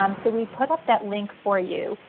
um so we put up that link for you.